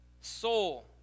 soul